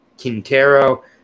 Quintero